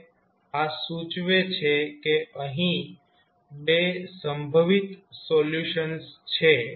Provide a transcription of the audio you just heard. હવે આ સૂચવે છે કે અહીં બે સંભવિત સોલ્યુશન્સ છે